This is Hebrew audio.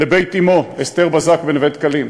לבית אמו, אסתר בזק, בנווה-דקלים.